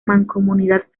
mancomunidad